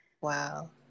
Wow